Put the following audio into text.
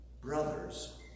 brothers